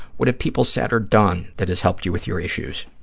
what have people said or done that has helped you with your issues?